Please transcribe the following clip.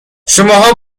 شماها